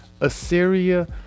Assyria